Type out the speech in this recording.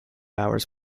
hours